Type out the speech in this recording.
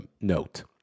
note